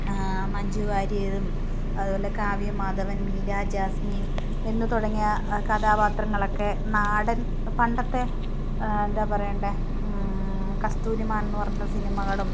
മഞ്ചു വാര്യരും അതുപോലെ കാവ്യം മാധവൻ മീരാ ജാസ്മിൻ എന്നു തുടങ്ങിയ കഥാപാത്രങ്ങളൊക്കെ നാടൻ പണ്ടത്തെ എന്താ പറയേണ്ടത് കസ്തൂരിമാൻ എന്നു പറഞ്ഞ സിനിമകളും